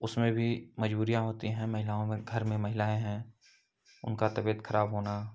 उसमें भी मजबूरियाँ होती हैं महिलाओं में घर में महिलाएँ हैं उनका तबियत खराब होना